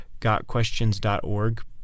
gotquestions.org